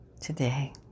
today